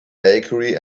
bakery